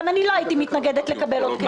גם אני לא הייתי מתנגדת לקבל עוד כסף.